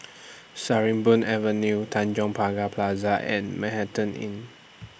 Sarimbun Avenue Tanjong Pagar Plaza and Manhattan Inn